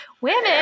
women